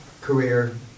career